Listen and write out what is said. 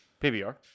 PBR